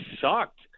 sucked